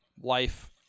life